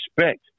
respect